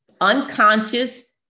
unconscious